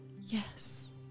Yes